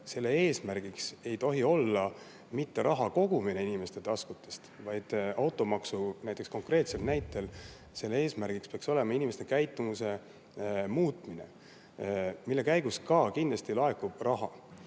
selle eesmärgiks ei tohi olla mitte raha kogumine inimeste taskutest, vaid automaksu näitel peaks selle eesmärgiks olema inimeste käitumise muutmine, mille käigus kindlasti laekub ka